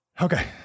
Okay